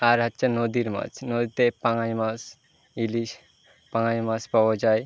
আর হচ্ছে নদীর মাছ নদীতে পাঙ্গাশ মাছ ইলিশ পাঙ্গাশ মাছ পাওয়া যায়